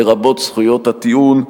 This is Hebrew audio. לרבות זכויות הטיעון,